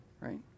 Right